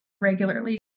regularly